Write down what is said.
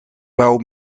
wou